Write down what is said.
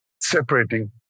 separating